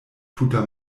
tuta